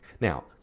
Now